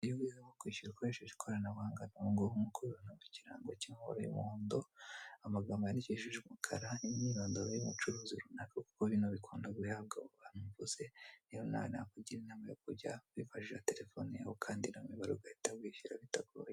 Ubungubu wakwishyura ukoresheje ikoranabuhanga, nkuko ubibona ku kirango cy'ibara ry'umuhondo, amagambo yandikishije umukara umwirondoro w'umucuruzi runaka kuko bino bihabwa abantu bose, rero inama nakugira wajya wikoreshereza terefone yawe ugahita ukandiramo imibare ukishyura bitagoranye.